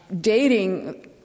dating